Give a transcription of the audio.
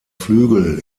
flügel